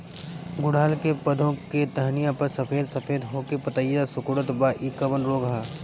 गुड़हल के पधौ के टहनियाँ पर सफेद सफेद हो के पतईया सुकुड़त बा इ कवन रोग ह?